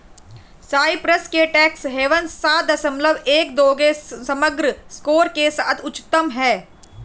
Cyprus के tax havens सात दशमलव एक दो के समग्र स्कोर के साथ उच्चतम हैं